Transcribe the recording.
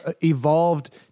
evolved